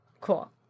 cool